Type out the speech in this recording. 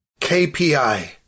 KPI